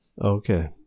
Okay